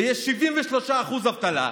ויש 73% אבטלה.